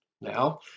now